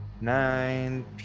nine